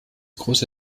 große